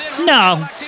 No